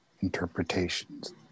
interpretations